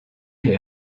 les